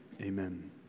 Amen